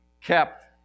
kept